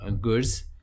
goods